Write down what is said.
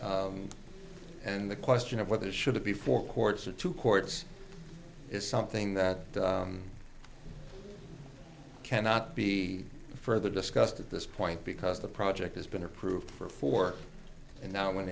and the question of whether it should be for courts or to courts is something that cannot be further discussed at this point because the project has been approved for four and now wen